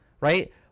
right